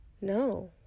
No